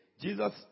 jesus